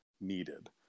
needed